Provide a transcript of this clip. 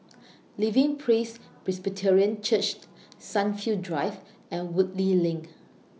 Living Praise Presbyterian Church Sunview Drive and Woodleigh LINK